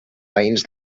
veïns